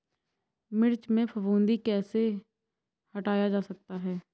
मिर्च में फफूंदी कैसे हटाया जा सकता है?